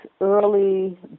early